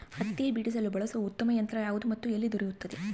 ಹತ್ತಿ ಬಿಡಿಸಲು ಬಳಸುವ ಉತ್ತಮ ಯಂತ್ರ ಯಾವುದು ಮತ್ತು ಎಲ್ಲಿ ದೊರೆಯುತ್ತದೆ?